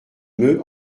meut